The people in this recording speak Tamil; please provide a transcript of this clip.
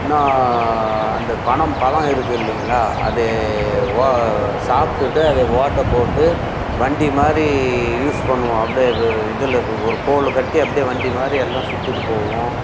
இன்னும் அந்த பனம் பழம் இருக்குது இல்லைங்களா அது சாப்பிட்டுட்டு அதை ஓட்டை போட்டு வண்டி மாதிரி யூஸ் பண்ணுவோம் அப்படியே இதில் ஒரு கோல் கட்டி அப்படியே வண்டி மாதிரி எல்லாம் சுத்திவிட்டு போவோம்